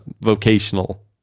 vocational